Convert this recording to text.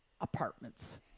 apartments